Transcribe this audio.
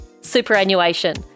superannuation